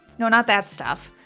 not that stuff.